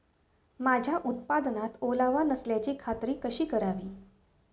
माझ्या उत्पादनात ओलावा नसल्याची खात्री कशी करावी?